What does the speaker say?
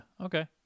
Okay